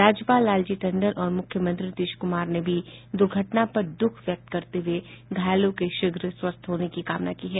राज्यपाल लालजी टंडन और मुख्यमंत्री नीतीश कुमार ने भी दुर्घटना पर दुःख व्यक्त करते हुए घायलों के शीघ्र स्वस्थ होने की कामना की है